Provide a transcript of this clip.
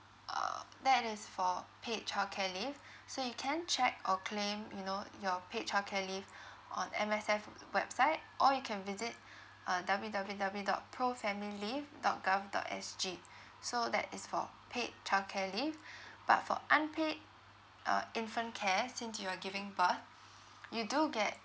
uh that is for paid childcare leave so you can check or claim you know your paid childcare leave on M_S_F website or you can visit uh W W W dot pro family leave dot gov dot S G so that is for paid childcare leave but for unpaid uh infant care since you are giving birth you do get